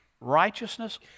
righteousness